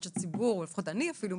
שהציבור, אני אפילו,